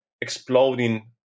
exploding